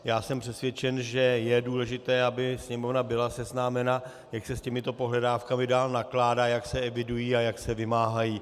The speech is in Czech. Já jsem přesvědčen, že je důležité, aby Sněmovna byla seznámena, jak se s těmito pohledávkami dále nakládá, jak se evidují a jak se vymáhají.